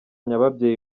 nyababyeyi